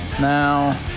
Now